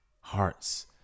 hearts